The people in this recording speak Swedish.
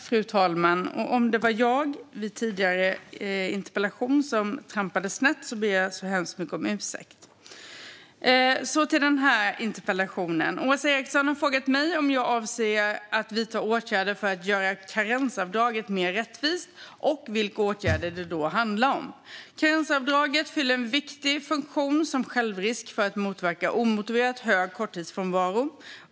Fru talman! Om det var jag som i den tidigare interpellationsdebatten trampade snett ber jag så hemskt mycket om ursäkt. Så till den här interpellationen. Åsa Eriksson har frågat mig om jag avser att vidta åtgärder för att göra karensavdraget mer rättvist och vilka åtgärder det i så fall handlar om. Karensavdraget fyller en viktig funktion som självrisk för att motverka omotiverat hög korttidssjukfrånvaro.